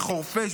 חורפיש,